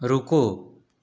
رکو